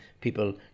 people